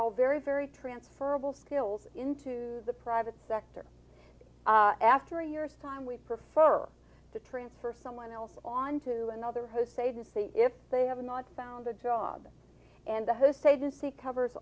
all very very transferable skills into the private sector after a year's time we prefer to transfer someone else on to another host agency if they have not found a job and the host agency covers